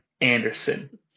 Anderson